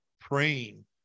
praying